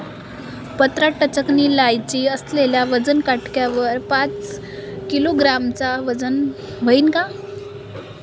पन्नास टनची लायकी असलेल्या वजन काट्यावर पाच किलोग्रॅमचं वजन व्हईन का?